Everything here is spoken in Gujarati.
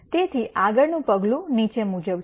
તેથી આગળનું પગલું નીચે મુજબ છે